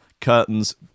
curtains